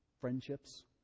friendships